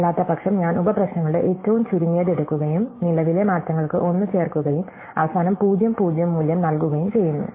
അല്ലാത്തപക്ഷം ഞാൻ ഉപപ്രശ്നങ്ങളുടെ ഏറ്റവും ചുരുങ്ങിയത് എടുക്കുകയും നിലവിലെ മാറ്റങ്ങൾക്ക് 1 ചേർക്കുകയും അവസാനം 0 0 മൂല്യം നൽകുകയും ചെയ്യുന്നു